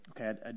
Okay